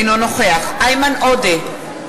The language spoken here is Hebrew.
אינו נוכח איימן עודה,